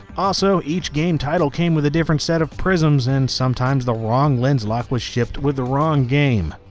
also each game title came with a different set of prisms and sometimes the wrong lenslok was shipped with the wrong game.